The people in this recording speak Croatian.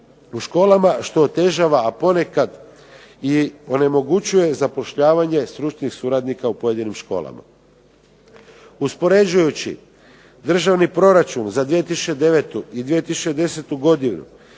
u školama, što otežava, a ponekad i onemogućuje zapošljavanje stručnih suradnika u pojedinim školama. Uspoređujući državni proračun za 2009. i 2010. godinu